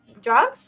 job